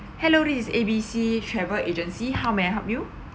hello this is A B C travel agency how may I help you